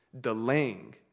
delaying